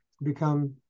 become